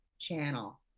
channel